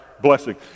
blessing